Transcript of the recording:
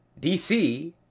DC